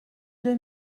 deux